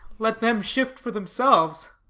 let them shift for themselves.